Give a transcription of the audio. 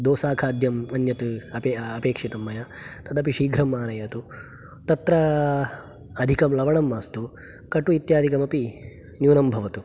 दोसाखाद्यम् अन्यत् अपि अपेक्षितं मया तदपि शीघ्रम् आनयतु तत्र अधिकं लवणं मास्तु कटु इत्यादिकमपि न्यूनं भवतु